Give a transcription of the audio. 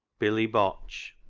billy botch